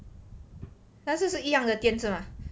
那时是一样的店 mah